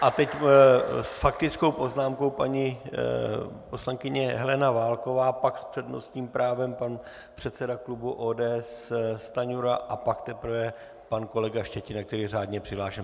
A teď s faktickou poznámkou paní poslankyně Helena Válková, pak s přednostním právem pan předseda klubu ODS Stanjura a pak teprve pan kolega Štětina, který je řádně přihlášen.